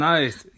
Nice